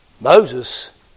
Moses